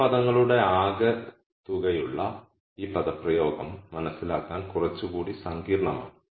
ഈ പദങ്ങളുടെ ആകെത്തുകയുള്ള ഈ പദപ്രയോഗം മനസ്സിലാക്കാൻ കുറച്ചുകൂടി സങ്കീർണ്ണമാണ്